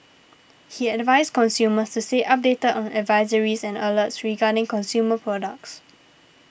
he advised consumers to stay updated on advisories and alerts regarding consumer products